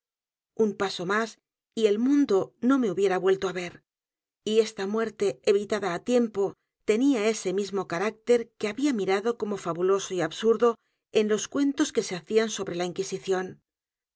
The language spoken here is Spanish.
un paso más y el mundo no me hubiera vuelto á ver y esta muerte evidata á tiempo tenía ese mismo carácter que había mirado como fabuloso y absurdo en los cuentos que se hacían sobre la inquisición